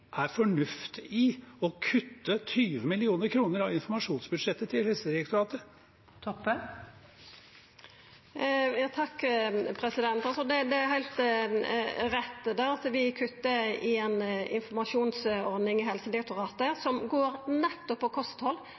er fornuft i å kutte 20 mill. kr av informasjonsbudsjettet til Helsedirektoratet? Det er heilt rett at vi kuttar i ei informasjonsordning i Helsedirektoratet som går nettopp på